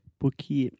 porque